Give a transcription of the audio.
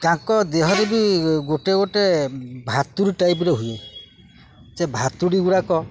ତାଙ୍କ ଦେହରେ ବି ଗୋଟେ ଗୋଟେ ଭାତୁଡ଼ି ଟାଇପ୍ର ହୁଏ ସେ ଭାତୁଡ଼ିଗୁଡ଼ାକ